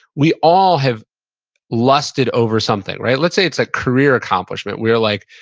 we all have lusted over something, right? let's say it's a career accomplishment, we're like,